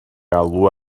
alw